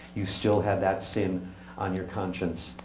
you still have that sin on your conscience.